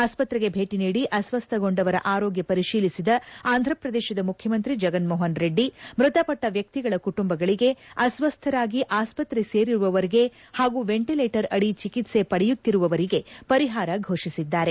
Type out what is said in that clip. ಆಸ್ವತ್ರೆಗೆ ಭೇಟಿ ನೀಡಿ ಅಸ್ವಸ್ಥಗೊಂಡವರ ಆರೋಗ್ಯ ಪರಿಶೀಲಿಸಿದ ಆಂಧ್ರಪ್ರದೇಶದ ಮುಖ್ಯಮಂತ್ರಿ ಜಗನ್ ಮೋಹನ್ ರೆಡ್ಡಿ ಮೃತಪಟ್ಟ ವ್ಯಕ್ತಿಗಳ ಕುಟುಂಬಗಳಿಗೆ ಅಸ್ವಸ್ದರಾಗಿ ಆಸ್ವತ್ರೆ ಸೇರಿರುವವರಿಗೆ ಹಾಗೂ ವೆಂಟಿಲೇಟರ್ ಅದಿ ಚಿಕಿತ್ವೆ ಪಡೆಯುತ್ತಿರುವವರಿಗೆ ಪರಿಹಾರ ಘೋಷಿಸಿದ್ದಾರೆ